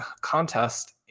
contest